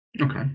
Okay